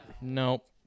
Nope